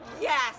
yes